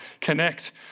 connect